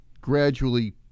gradually